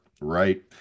right